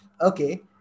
okay